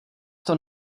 tom